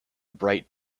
bright